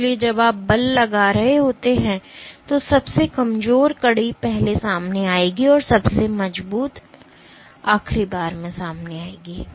इसलिए जब आप बल बढ़ा रहे होते हैं तो सबसे कमजोर कड़ी पहले सामने आएगी और सबसे मजबूत कड़ी आखिरी बार सामने आएगी